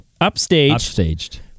Upstaged